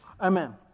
amen